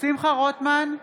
שמחה רוטמן,